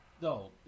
no